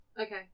Okay